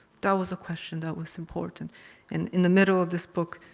that was a question that was important. and in the middle of this book,